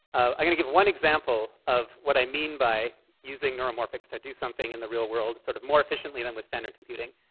i'm going to give one example of what i mean by using neuromorphics to do something in the real world sort of more efficiently than with standard computing.